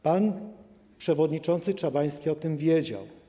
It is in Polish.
Pan przewodniczący Czabański o tym wiedział.